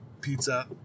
pizza